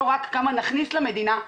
לא רק כמה נכניס למדינה,